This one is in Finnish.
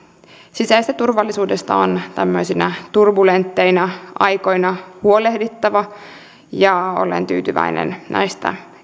sisäisestä turvallisuudesta on tämmöisinä turbulentteina aikoina huolehdittava ja olen tyytyväinen näistä